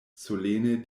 solene